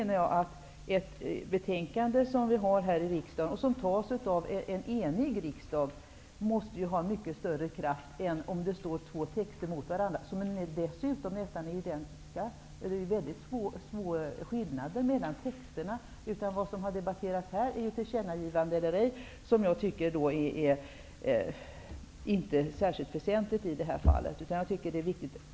Förslag i ett betänkande som antas av en enig riksdag måste ju ha mycket större kraft än om det står två skrivningar emot varandra, skrivningar som dessutom är i det närmaste identiska. Skillnaderna är ju väldigt små. Här har debatterats frågan om tillkännagivande eller ej, vilket inte är särskilt väsentligt i sammanhanget.